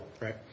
Right